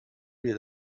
wir